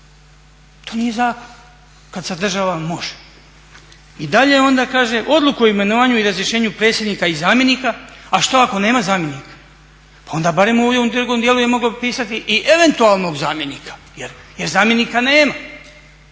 To nije zakon kada sadržava može. I dalje onda kaže odluku o imenovanju i razrješenju predsjednika i zamjenika, a što ako nema zamjenika pa onda je barem u ovom drugom dijelu je moglo pisati i eventualnog zamjenika jer zamjenika nema